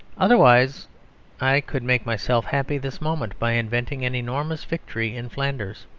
otherwise i could make myself happy this moment, by inventing an enormous victory in flanders.